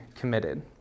committed